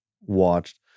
watched